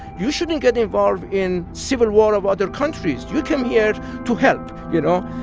you shouldn't get involved in civil war of other countries. you came here to help, you know?